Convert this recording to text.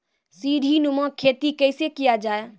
सीडीनुमा खेती कैसे किया जाय?